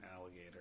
alligator